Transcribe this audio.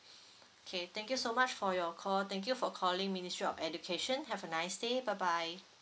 K thank you so much for your call thank you for calling ministry of education have a nice day bye bye